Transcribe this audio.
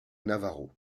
navajo